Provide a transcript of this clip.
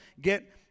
Get